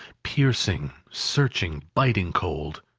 piercing, searching, biting cold.